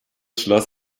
schloss